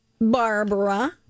Barbara